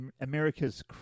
America's